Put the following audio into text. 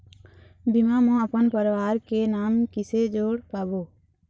बीमा म अपन परवार के नाम किसे जोड़ पाबो?